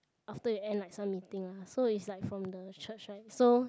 after you end like some meeting lah so it's like from the church right so